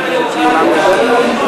זה לא שייך לו בכלל.